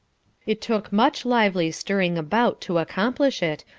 it took much lively stirring about to accomplish it,